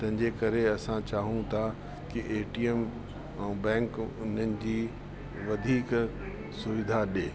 तंहिंजे करे असां चाहूं था की एटीएम ऐं बैंक उन्हनि जी वधीक सुविधा ॾिए